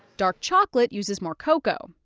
dark chocolate uses more cocoa.